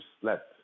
slept